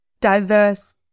diverse